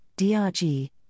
DRG